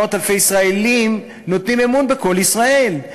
מאות אלפי ישראלים נותנים אמון ב"קול ישראל".